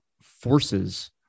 forces